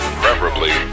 preferably